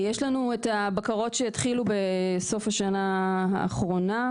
יש לנו את הבקרות שהתחילו בסוף השנה האחרונה.